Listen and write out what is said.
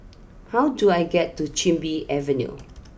how do I get to Chin Bee Avenue